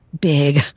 big